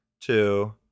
Two